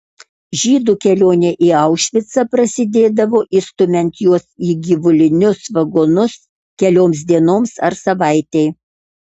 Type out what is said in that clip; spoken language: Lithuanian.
žydų kelionė į aušvicą prasidėdavo įstumiant juos į gyvulinius vagonus kelioms dienoms ar savaitei